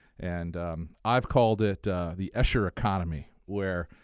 and i've called it the escher economy, where